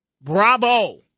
Bravo